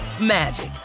magic